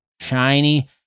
Shiny